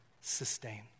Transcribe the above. sustain